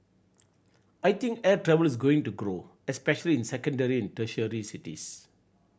I think air travel is going to grow especially in secondary and tertiary cities